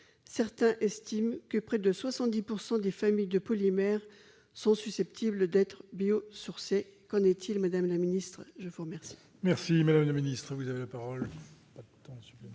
certains estiment que près de 70 pourcent des familles de polymères sont susceptibles d'être bio-sourcées, qu'en est-il, madame la ministre, je vous remercie. Merci madame la ministre, vous avez la parole.